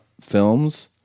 films